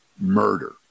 murder